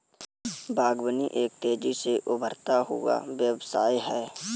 बागवानी एक तेज़ी से उभरता हुआ व्यवसाय है